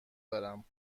دارم